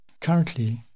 Currently